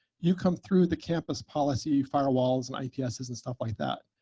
you come through the campus policy firewalls and ipses and stuff like that.